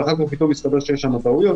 ואחר כך פתאום מסתבר שיש שם טעויות,